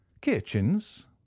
Kitchens